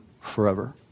forever